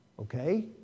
Okay